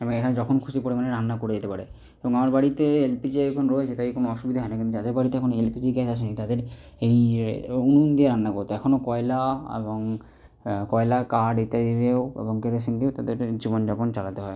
এবং এখানে যখন খুশি পরিমাণে রান্না করে যেতে পারে এবং আমার বাড়িতে এলপিজি এখন রয়েছে তাই কোনো অসুবিধা হয় না কিন্তু যাদের বাড়িতে এখন এলপিজি গ্যাস আসেনি তাদের এই উনুন দিয়ে রান্না করত এখনো কয়লা এবং কয়লা কাঠ ইত্যাদি দিয়েও এবং কেরোসিন দিয়েও তাদের জীবনযাপন চালাতে হয়